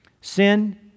Sin